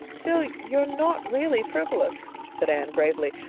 phil, you're not really frivolous, said anne gravely.